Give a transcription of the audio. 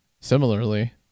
similarly